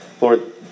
Lord